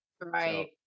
Right